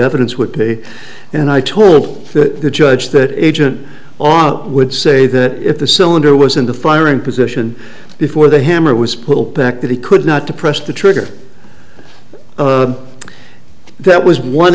evidence would be and i took the judge that agent would say that if the cylinder was in the firing position before the him or was pulled back that he could not to press the trigger that was one